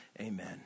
Amen